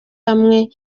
hamwe